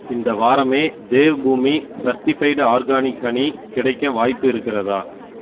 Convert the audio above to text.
இந்த வாரமே Devbhoomi certified organic honey கிடைக்க வாய்ப்பு இருக்கிறதா